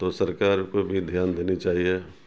تو سرکار کو بھی دھیان دینی چاہیے